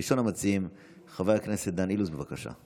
ראשון המציעים, חבר הכנסת דן אילוז, בבקשה.